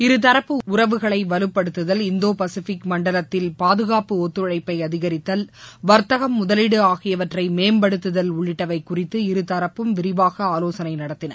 இருதரப்பு உறவுகளை வலுப்படுத்துதல் இந்தோ பசிபிக் மண்டலத்தில் பாதுகாப்பு ஒத்துழைப்பை அதிகரித்தல் வர்த்தகம் முதலீடு ஆகியவற்றை மேம்படுத்துகல் உள்ளிட்டவை குறித்து இருதரப்பும் விரிவாக ஆலோசனை நடத்தின